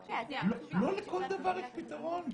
לא לכל דבר יש פתרון,